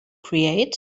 create